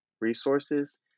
resources